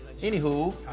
Anywho